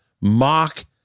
Mock